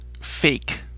fake